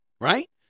right